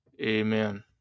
Amen